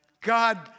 God